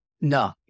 No